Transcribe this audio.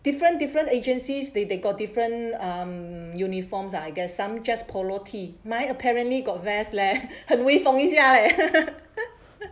different different agencies they they got different um uniforms I guess some just polo tee my apparently got vest leh 很威风